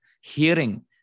hearing